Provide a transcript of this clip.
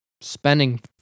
spending